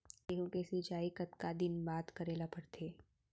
गेहूँ के सिंचाई कतका दिन बाद करे ला पड़थे?